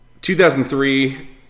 2003